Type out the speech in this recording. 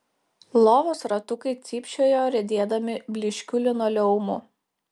lovos ratukai cypčiojo riedėdami blyškiu linoleumu